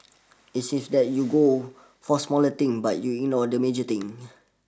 it seems that you go for smaller thing but you ignore the major things